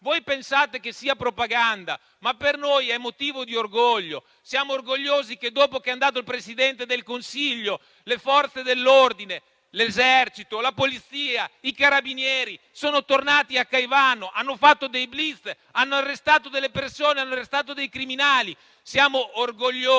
Voi pensate che sia propaganda, ma per noi è motivo di orgoglio. Siamo orgogliosi che, dopo che ci è andato il Presidente del Consiglio, le Forze dell'ordine, l'Esercito, la Polizia, i Carabinieri siano tornati a Caivano, abbiano fatto dei *blitz* e abbiano arrestato dei criminali. Siamo orgogliosi